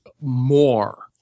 more